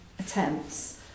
attempts